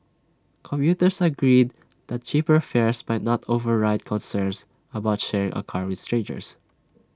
commuters agreed that cheaper fares might not override concerns about sharing A car with strangers